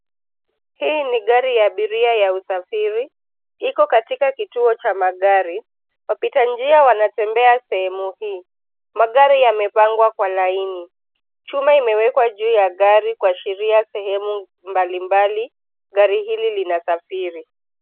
Hii ni gari ya abiria ya usafiri. Iko katika kituo cha magari. Wapita njia wanatembea sehemu hii. Magari yamepangwa kwa laini. Chuma imewekwa juu ya gari kuashiria sehemu mbali mbali gari hili lina safiri.